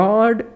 God